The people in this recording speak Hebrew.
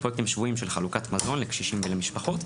פרויקטים שבועיים של חלוקת מזון לקשישים ולמשפחות,